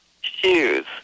shoes